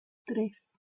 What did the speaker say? tres